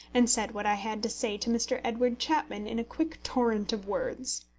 and said what i had to say to mr. edward chapman in a quick torrent of words.